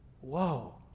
Whoa